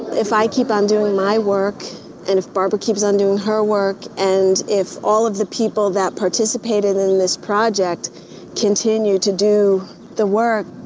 if i keep on doing my work and barbara keeps on doing her work and if all of the people that participated in this project continue to do the work